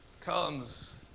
comes